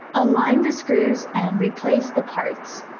align the screws and replace the parts